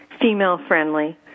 female-friendly